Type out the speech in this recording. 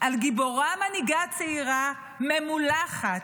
על גיבורה, מנהיגה צעירה, ממולחת,